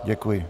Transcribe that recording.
Děkuji.